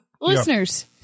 listeners